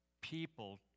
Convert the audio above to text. people